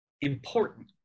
important